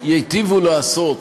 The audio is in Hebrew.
שייטיבו לעשות